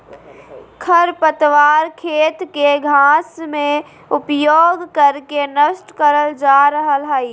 खरपतवार खेत के घास में उपयोग कर के नष्ट करल जा रहल हई